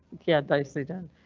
yeah, they say done.